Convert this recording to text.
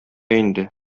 инде